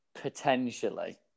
potentially